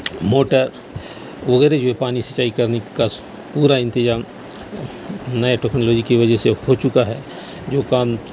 motor وغیرہ جو پانی سینچائی کرنے کا پورا انتظام نیا ٹیکنالوجی کی وجہ سے ہو چکا ہے جو کام